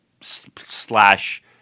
slash